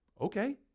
Okay